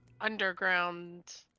underground